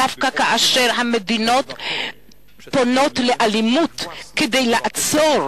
דווקא כאשר המדינות פונות לאלימות כדי לעצור